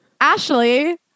Ashley